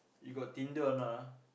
you got Tinder or not ah